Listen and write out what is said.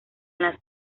las